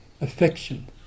affection